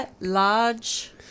large